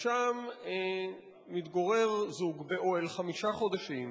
ושם זוג מתגורר באוהל חמישה חודשים.